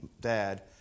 dad